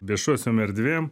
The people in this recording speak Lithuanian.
viešosiom erdvėm